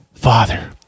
Father